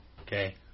Okay